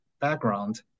background